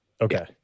Okay